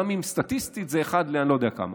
גם אם סטטיסטית זה אחד לאני לא יודע כמה.